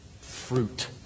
fruit